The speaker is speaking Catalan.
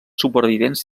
supervivents